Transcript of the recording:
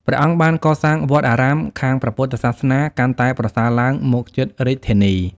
ព្រះអង្គបានកសាងវត្តអារាម ខាងព្រះពុទ្ធសាសនាកាន់តែប្រសើរឡើងមកជិតរាជធានី ។